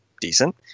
decent